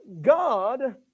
God